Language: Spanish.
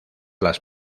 las